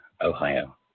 Ohio